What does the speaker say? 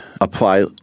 apply